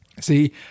See